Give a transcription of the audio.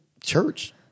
church